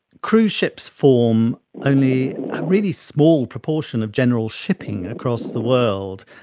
cruise ships form only a really small proportion of general shipping across the world,